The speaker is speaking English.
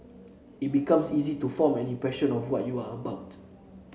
it becomes easy to form an impression of what you are about